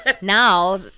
Now